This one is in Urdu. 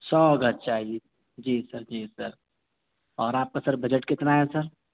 سو گز چاہیے جی سر جی سر اور آپ کا سر بجٹ کتنا ہے سر